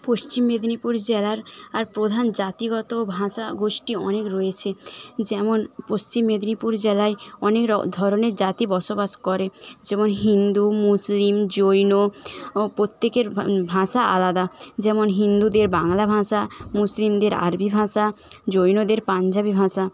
পশ্চিম মেদিনীপুর জেলার আর প্রধান জাতিগত ভাঁষা গোষ্ঠী অনেক রয়েছে যেমন পশ্চিম মেদিনীপুর জেলায় অনেক ধরনের জাতি বসবাস করে যেমন হিন্দু মুসলিম জৈন ও প্রত্যেকের ভাষা আলাদা যেমন হিন্দুদের বাংলা ভাষা মুসলিমদের আরবি ভাঁষা জৈনদের পাঞ্জাবি ভাষা